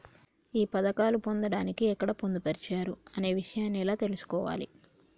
ఈ పథకాలు పొందడానికి ఎక్కడ పొందుపరిచారు అనే విషయాన్ని ఎలా తెలుసుకోవాలి?